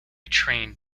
trained